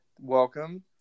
Welcome